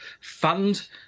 fund